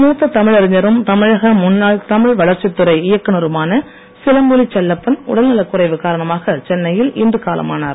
மூத்த தமிழ் அறிஞரும் தமிழக முன்னாள் தமிழ் வளர்ச்சித்துறை இயக்குநருமான சிலம்பொலி செல்லப்பன் காரணமாக சென்னையில் இன்று காலமானார்